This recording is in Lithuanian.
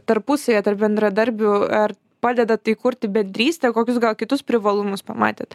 tarpusavyje tarp bendradarbių ar padeda tai kurti bendrystę kokius gal kitus privalumus pamatėt